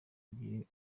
ebyiri